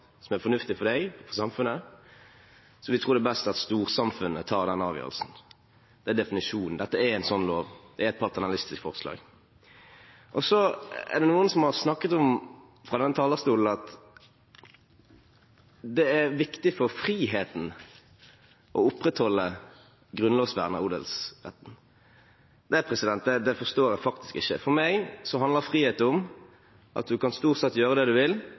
som er fornuftig for deg og samfunnet, så vi tror det er best at storsamfunnet tar den avgjørelsen. Det er definisjonen. Dette er en sånn lov, det er et paternalistisk forslag. Så er det noen som fra denne talerstolen har snakket om at det er viktig for friheten å opprettholde grunnlovsvernet av odelsretten. Det forstår jeg faktisk ikke. For meg handler frihet om at du stort sett kan gjøre det du vil,